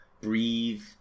breathe